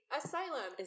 asylum